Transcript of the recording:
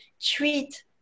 treat